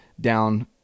down